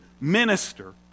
minister